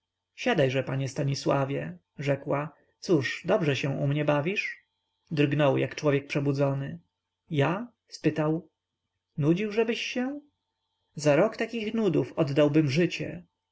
prezesowa siadajże panie stanisławie rzekła cóż dobrze się u mnie bawisz drgnął jak człowiek przebudzony ja spytał nudziłżebyś się za rok takich nudów oddałbym życie